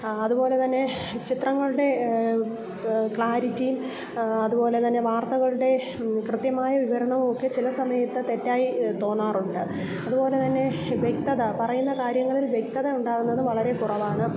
അതുപോലെ തന്നെ ചിത്രങ്ങളുടെ ക്ലാരിറ്റീം അതുപോലെ തന്നെ വാർത്തകളുടെ കൃത്യമായ വിവരണം ഒക്കെ ചില സമയത്ത് തെറ്റായി തോന്നാറുണ്ട് അതുപോലെ തന്നെ വ്യക്തത പറയുന്ന കാര്യങ്ങളിൽ വ്യക്തത ഉണ്ടാകുന്നത് വളരെ കുറവാണ്